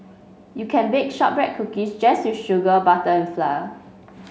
you can bake shortbread cookies just with sugar butter and flour